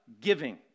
giving